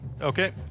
Okay